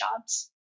jobs